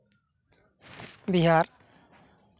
Bihar